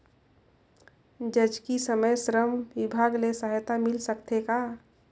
जचकी समय श्रम विभाग ले सहायता मिल सकथे का?